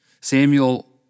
Samuel